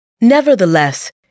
Nevertheless